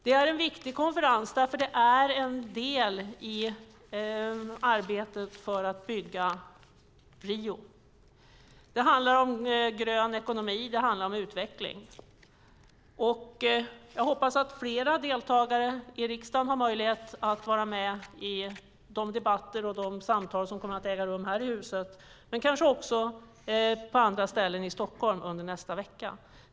Det är en viktig konferens, för den är en del i arbetet för att bygga Rio. Det handlar om grön ekonomi, och det handlar om utveckling. Jag hoppas att fler i riksdagen har möjlighet att delta i de debatter och de samtal som kommer att äga rum här i huset, men kanske också på andra ställen i Stockholm under nästa vecka.